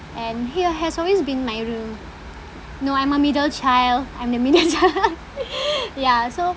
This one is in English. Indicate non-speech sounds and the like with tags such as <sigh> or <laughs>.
and he has always been my no I'm a middle child I'm the middle <laughs> child <laughs> ya so